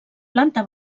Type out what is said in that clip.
planta